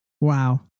wow